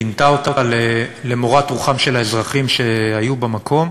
פינתה אותה, למורת רוחם של האזרחים שהיו במקום,